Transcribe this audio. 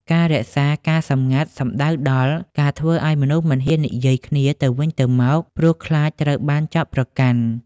ការរក្សាការសម្ងាត់សំដៅដល់ ការធ្វើឱ្យមនុស្សមិនហ៊ាននិយាយគ្នាទៅវិញទៅមក ព្រោះខ្លាចត្រូវបានចោទប្រកាន់។